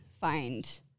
find